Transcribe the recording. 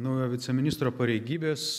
naujo viceministro pareigybės